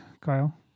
Kyle